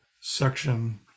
section